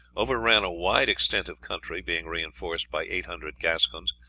overran a wide extent of country, being reinforced by eight hundred gascons,